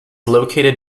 located